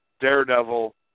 Daredevil